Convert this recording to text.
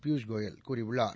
பியூஷ் கோயல் கூறியுள்ளார்